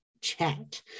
chat